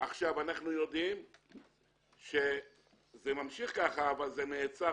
אנחנו יודעים שזה ממשיך ככה אבל זה נעצר